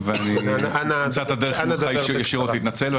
אמצא את הדרך ישירות להתנצל.